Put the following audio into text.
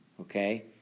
Okay